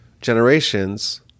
generations